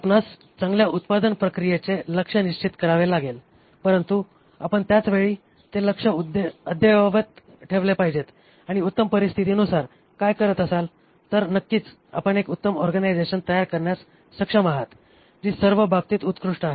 आपणास आपल्या उत्पादन प्रक्रियेचे लक्ष्य निश्चित करावे लागेल परंतु आपण त्याच वेळी ते लक्ष्य अद्ययावत ठेवले पाहिजेत आणि उत्तम परिस्थितीनुसार काम करत असाल तर नक्कीच आपण एक उत्तम ऑर्गनायझेशन तयार करण्यास सक्षम आहात जी सर्व बाबतीत उत्कृष्ट आहे